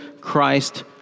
Christ